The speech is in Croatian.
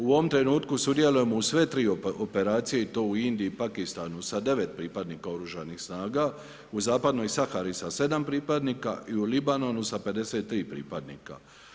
U ovom trenutku sudjelujemo u sve tri operacije i to u Indiji, Pakistanu sa 9 pripadnika oružanih snaga, u Zapadnoj Sahari sa 7 pripadnika i u Libanonu sa 53 pripadnika.